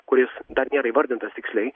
kuris dar nėra įvardintas tiksliai